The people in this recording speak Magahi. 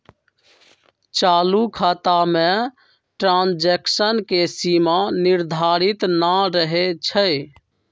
चालू खता में ट्रांजैक्शन के सीमा निर्धारित न रहै छइ